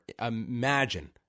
imagine